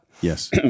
Yes